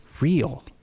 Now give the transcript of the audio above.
real